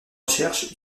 recherches